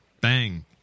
Bang